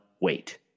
wait